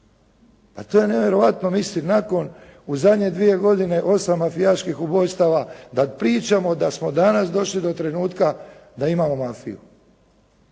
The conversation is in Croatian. Pa to je nevjerojatno, mislim u zadnje dvije godine 8 mafijaških ubojstava, da pričamo da smo danas došli do trenutka da imamo mafiju.